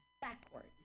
backwards